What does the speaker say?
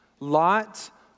Lot